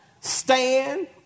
stand